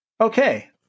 Okay